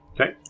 Okay